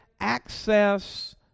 access